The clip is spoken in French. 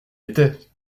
était